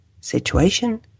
situation